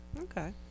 Okay